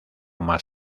más